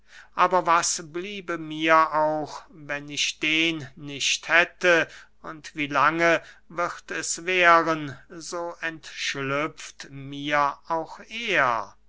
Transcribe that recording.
aber was bliebe mir auch wenn ich den nicht hätte und wie lange wird es währen so entschlüpft mir auch er